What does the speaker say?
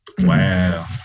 Wow